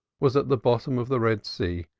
was at the bottom of the red sea,